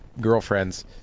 girlfriends